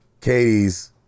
Katie's